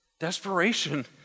Desperation